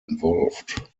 involved